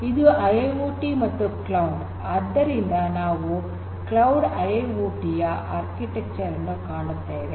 ಇದು ಐಐಓಟಿ ಮತ್ತು ಕ್ಲೌಡ್ ಆದ್ದರಿಂದ ಇಲ್ಲಿ ನಾವು ಕ್ಲೌಡ್ ಐಐಓಟಿ ಯ ಆರ್ಕಿಟೆಕ್ಚರ್ ಅನ್ನು ಕಾಣುತ್ತೇವೆ